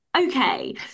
Okay